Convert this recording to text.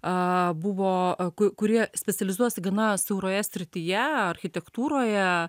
a buvo akui kurie specializuojasi gana siauroje srityje architektūroje